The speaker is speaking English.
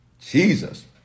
Jesus